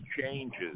changes